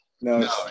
No